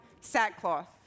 sackcloth